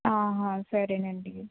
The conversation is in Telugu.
ఆహా సరే అండి